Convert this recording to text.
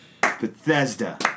Bethesda